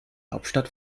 hauptstadt